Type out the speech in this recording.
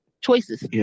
choices